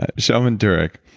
ah shaman durek,